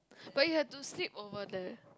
but you had to sleep over there